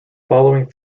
following